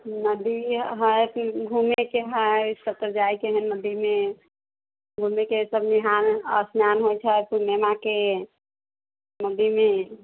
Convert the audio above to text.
नदी हय कि घुमेके हय कतहुँ जाइके हय नदीमे घुमेके हय सभ इहाँ स्नान होइत छै कुम्भ मेलाकेँ नदीमे